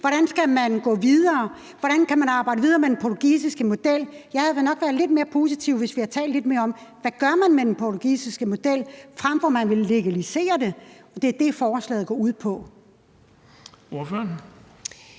Hvordan skal man gå videre? Hvordan kan man arbejde videre med den portugisiske model? Jeg havde da nok været lidt mere positiv, hvis vi havde talt lidt mere om, hvad man gør med den portugisiske model, frem for at man vil legalisere det. Og det er det, forslaget går ud på. Kl.